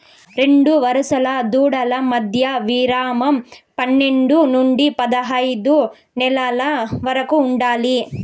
రెండు వరుస దూడల మధ్య విరామం పన్నేడు నుండి పదైదు నెలల వరకు ఉండాలి